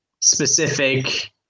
specific